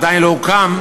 עדיין לא הוקם,